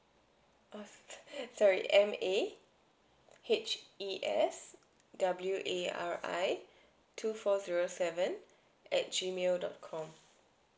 of sorry M A H E S W A R I two four zero seven at G mail dot com